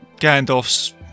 Gandalf's